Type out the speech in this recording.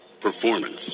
performance